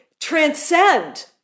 transcend